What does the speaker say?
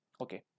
okay